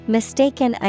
Mistaken